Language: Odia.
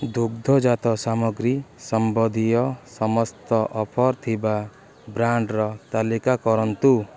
ଦୁଗ୍ଧଜାତ ସାମଗ୍ରୀ ସମ୍ବନ୍ଧୀୟ ସମସ୍ତ ଅଫର୍ ଥିବା ବ୍ରାଣ୍ଡ୍ର ତାଲିକା କରନ୍ତୁ